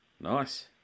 Nice